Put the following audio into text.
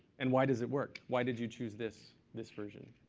and why does it work? why did you choose this this version?